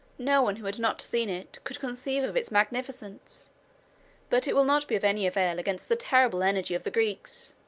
no one who had not seen it could conceive of its magnificence but it will not be of any avail against the terrible energy of the greeks.